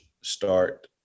start